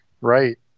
right